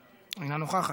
מוותרת,